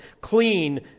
clean